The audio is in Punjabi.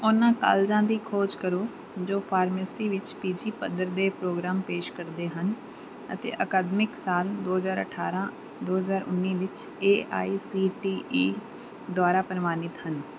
ਉਹਨਾਂ ਕਾਲਜਾਂ ਦੀ ਖੋਜ ਕਰੋ ਜੋ ਫਾਰਮੇਸੀ ਵਿੱਚ ਪੀ ਜੀ ਪੱਧਰ ਦੇ ਪ੍ਰੋਗਰਾਮ ਪੇਸ਼ ਕਰਦੇ ਹਨ ਅਤੇ ਅਕਾਦਮਿਕ ਸਾਲ ਦੋ ਹਜ਼ਾਰ ਅਠਾਰਾਂ ਦੋ ਹਜ਼ਾਰ ਉੱਨੀ ਵਿੱਚ A I C T E ਦੁਆਰਾ ਪ੍ਰਵਾਨਿਤ ਹਨ